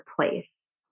place